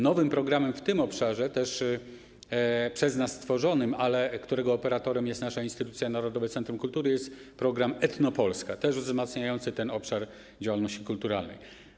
Nowym programem w tym obszarze też przez nas stworzonym, ale którego operatorem jest nasza instytucja Narodowe Centrum Kultury, jest program ˝EtnoPolska˝, też wzmacniający ten obszar działalności kulturalnej.